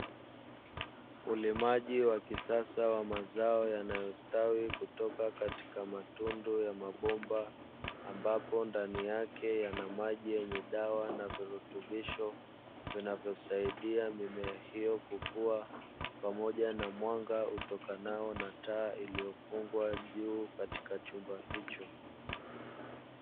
Ulimaji wa kisasa wa mazao yanayostawi kutoka katika matundu ya mabomba, ambapo ndani yake yana maji yenye dawa na virutubisho vinavyosaidia mimea hiyo kukua; pamoja na mwanga utokanao na taa iliyofugwa juu katika chumba hicho.